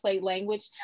language